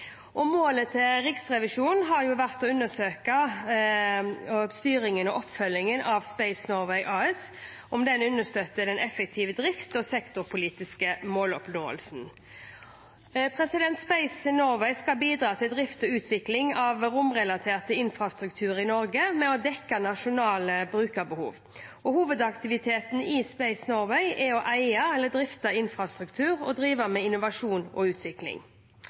Målet til Riksrevisjonen har vært å undersøke styringen og oppfølgingen av Space Norway AS, om den understøtter effektiv drift og sektorpolitisk måloppnåelse. Space Norway skal bidra til drift og utvikling av romrelatert infrastruktur i Norge for å dekke nasjonale brukerbehov. Hovedaktiviteten i Space Norway er å eie eller drifte infrastruktur og drive med innovasjon og utvikling.